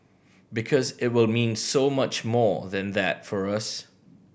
because it will mean so much more than that for us